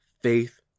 faith